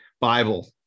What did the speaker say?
bible